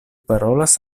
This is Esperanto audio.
parolas